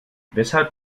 weshalb